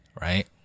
right